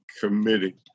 Committee